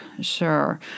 sure